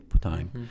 time